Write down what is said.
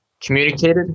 communicated